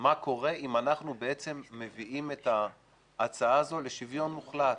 מה קורה אם אנחנו מביאים את ההצעה הזו לשוויון מוחלט,